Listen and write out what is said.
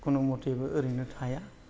कुनुमतैबो ओरैनो थाया